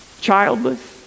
childless